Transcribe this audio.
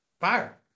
fire